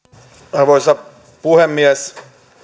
arvoisa puhemies